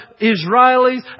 Israelis